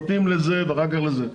נותנים לזה ואחר כך לזה.